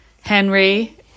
Henry